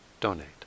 donate